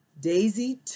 Daisy